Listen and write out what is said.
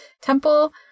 temple